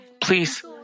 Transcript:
Please